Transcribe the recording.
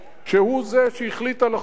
שהוא זה שהחליט על החוק הזה?